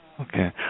Okay